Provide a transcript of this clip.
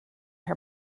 her